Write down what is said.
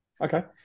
Okay